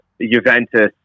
Juventus